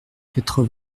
quatre